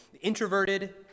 introverted